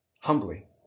humbly